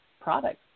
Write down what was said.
products